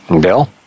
Bill